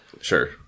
Sure